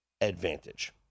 advantage